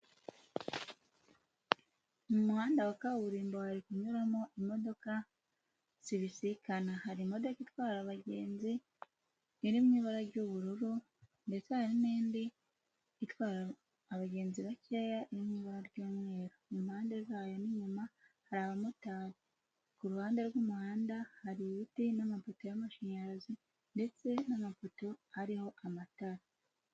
Mu muhanda wa kaburimbo hari kunyuramo imodoka zibisikana, hari imodoka itwara abagenzi iri mu ibara ry'ubururu, ndetse hari n'indi itwara abagenzi bakeya iri mu ibara ry'umweru, impande zayo n'inyuma hari abamotari, ku ruhande rw'umuhanda hari ibiti n'amapoto y'amashanyarazi ndetse n'amapoto ariho amatara.